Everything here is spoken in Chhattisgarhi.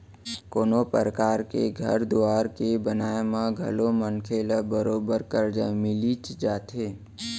कोनों परकार के घर दुवार के बनाए म घलौ मनखे ल बरोबर करजा मिलिच जाथे